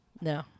No